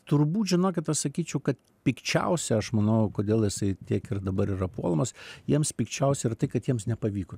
turbūt žinokit aš sakyčiau kad pikčiausia aš manau kodėl jisai tiek ir dabar yra puolamas jiems pikčiausia yra tai kad jiems nepavyko